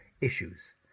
issues